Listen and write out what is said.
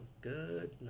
good